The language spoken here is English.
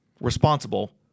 responsible